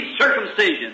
circumcision